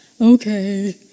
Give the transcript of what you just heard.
okay